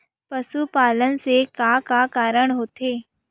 पशुपालन से का का कारण होथे?